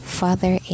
father